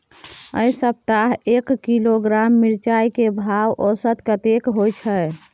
ऐ सप्ताह एक किलोग्राम मिर्चाय के भाव औसत कतेक होय छै?